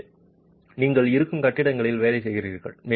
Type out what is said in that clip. எனவே நீங்கள் இருக்கும் கட்டிடங்களில் வேலை செய்கிறீர்கள்